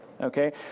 okay